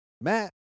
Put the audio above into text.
Matt